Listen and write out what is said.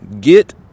Get